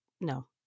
No